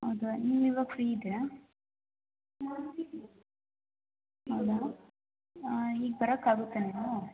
ಹೌದಾ ನೀವು ಇವಾಗ ಫ್ರೀ ಇದ್ದೀರಾ ಹೌದಾ ಈಗ ಬರಕ್ಕೆ ಆಗತ್ತಾ ನೀವು